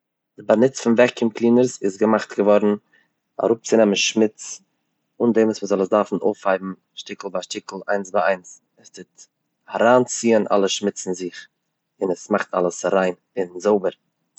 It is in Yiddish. די באנוץ פון וועקיום קלינערס איז געמאכט געווארן אראפ צו נעמען שמוץ אן דעם וואס מ'זאל עס דערפן אויפהייבן שטיקל ביי שטיקל, איינס ביי איינס, עס טוט אריין ציען אלע שמוץ אין זיך, און עס מאכט אלעס ריין און זויבער.